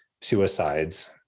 suicides